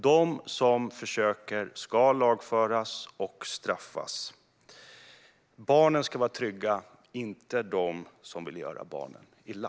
De som försöker ska lagföras och straffas. Barnen ska vara trygga, inte de som vill göra barnen illa.